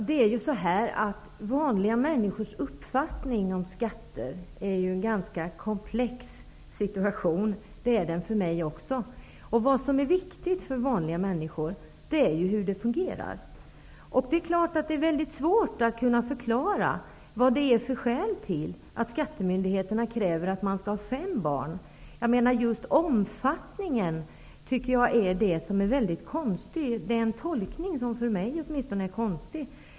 Fru talman! Vanliga människors uppfattning om skatter är att de är komplexa. Situationen är komplex för mig också. Det viktiga för vanliga människor är hur skatterna fungerar. Det är klart att det är svårt att förklara skälen till att skattemyndigheterna kräver fem barn. Jag tycker att tolkningen av omfattningen är konstig.